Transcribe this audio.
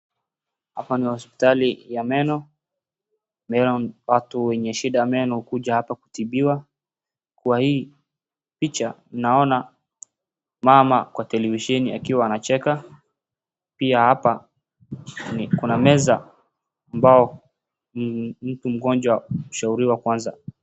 Hapa ni hospitali ya meno, watu wenye shida ya meno huja hapa kutibiwa. Kwa hii picha naona mama kwa televisheni akiwa anacheka, pia hapa kuna meza ambayo mtu mgonjwa hushauriwa kwanza.